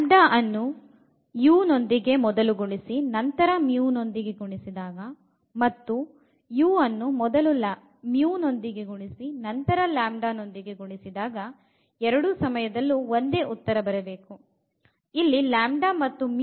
λ ಅನ್ನು uನೊಂದಿಗೆ ಮೊದಲು ಗುಣಿಸಿ ನಂತರ μ ನೊಂದಿಗೆ ಗುಣಿಸಿದಾಗ ಮತ್ತು u ಅನ್ನು μ ನೊಂದಿಗೆ ಗುಣಿಸಿ ನಂತರ λ ನೊಂದಿಗೆ ಗುಣಿಸಿದಾಗ ಎರೆಡೂ ಸಮಯದಲ್ಲೂ ಒಂದೇ ಉತ್ತರ ಬರಬೇಕು